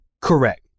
Correct